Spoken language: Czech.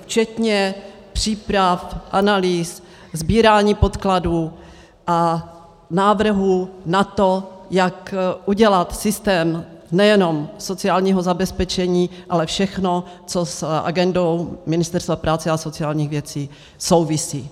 Včetně příprav, analýz, sbírání podkladů a návrhů na to, jak udělat systém nejenom sociálního zabezpečení, ale všechno, co s agendou Ministerstva práce a sociálních věcí souvisí.